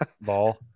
Ball